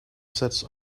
sets